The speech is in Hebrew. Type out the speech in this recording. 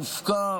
מופקע,